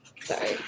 sorry